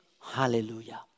Hallelujah